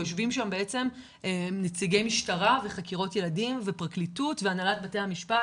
יושבים שם נציגי משטרה וחקירות ילדים ופרקליטות והנהלת בתי המשפט